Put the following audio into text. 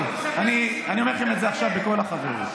אני אומר לכם את זה עכשיו בכל החברות.